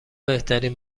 بهترین